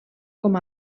com